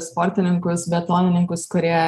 sportininkus biatlonininkus kurie